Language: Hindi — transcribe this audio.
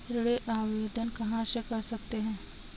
ऋण आवेदन कहां से कर सकते हैं?